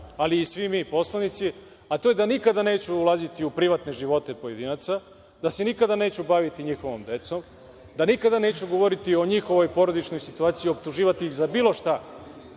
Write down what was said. ali i svi mi poslanici, a to je da nikada neću ulaziti u privatne živote pojedinaca, da se nikada neću baviti njihovom decom, da nikada neću govoriti o njihovoj porodičnoj situaciji i optuživati ih za bilo šta